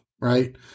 right